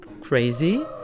Crazy